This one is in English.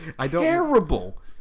Terrible